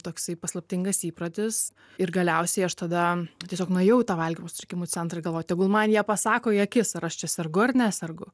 toksai paslaptingas įprotis ir galiausiai aš tada tiesiog nuėjau į tą valgymo sutrikimų centrą galvojau tegul man jie pasako į akis ar aš čia sergu ar nesergu